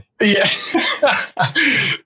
Yes